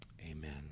Amen